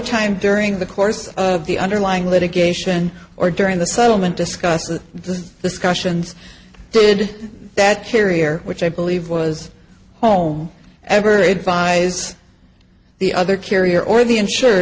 time during the course of the underlying litigation or during the settlement discusses the discussions did that carrier which i believe was home ever advise the other carrier or the insure